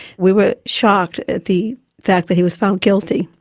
we were shocked at the fact that he was found guilty.